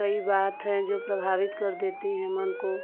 कई बात हैं जो प्रभावित कर देती हैं मन को